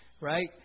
Right